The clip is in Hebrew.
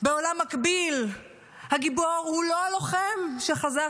בעולם מקביל הגיבור הוא לא הלוחם שחזר